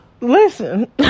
Listen